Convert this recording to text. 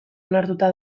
onartuta